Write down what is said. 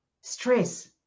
stress